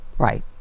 Right